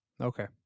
Okay